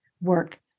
work